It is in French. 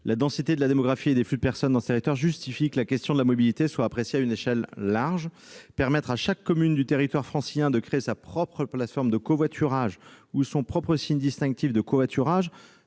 La densité de la démographie et des flux de personnes sur ce territoire justifie que la question de la mobilité soit appréciée à une échelle large. Permettre à chaque commune du territoire francilien de créer sa propre plateforme de covoiturage ou son propre signe distinctif de covoiturage-